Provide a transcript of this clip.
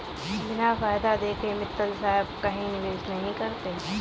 बिना फायदा देखे मित्तल साहब कहीं निवेश नहीं करते हैं